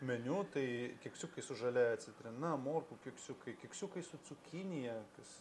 meniu tai keksiukai su žaliąja citrina morkų keksiukai keksiukai su cukinija kas